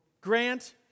Grant